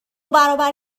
برابر